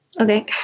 Okay